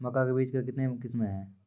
मक्का के बीज का कितने किसमें हैं?